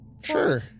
Sure